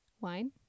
Wine